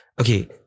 Okay